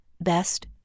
Best